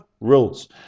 rules